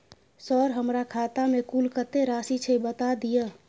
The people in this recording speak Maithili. सर हमरा खाता में कुल कत्ते राशि छै बता दिय?